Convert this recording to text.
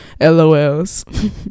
LOLs